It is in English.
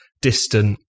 distant